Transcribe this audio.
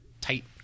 tight